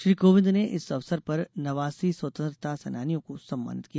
श्री कोविंद ने इस अवसर पर नवासी स्वतंत्रता सेनानियों को सम्मानित किया